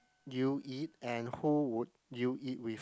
you eat and who would you eat with